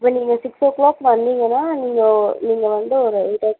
இப்போ நீங்கள் six o'clock வந்திங்கனால் நீங்கள் ஒ நீங்கள் வந்து ஒரு எயிட்டோ